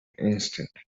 instant